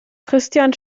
christian